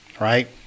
right